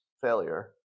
failure